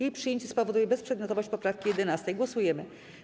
Jej przyjęcie spowoduje bezprzedmiotowość poprawki 11. Głosujemy.